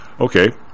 Okay